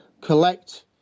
collect